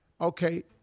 okay